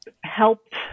helped